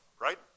right